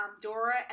Dora